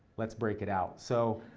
let's break it out. so,